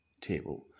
table